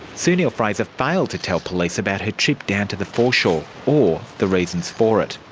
sue neill-fraser failed to tell police about her trip down to the foreshore, or the reasons for it.